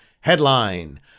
Headline